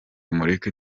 mureke